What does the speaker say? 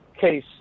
case